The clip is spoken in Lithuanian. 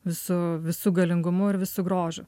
visu visu galingumu ir visu grožiu